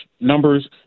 numbers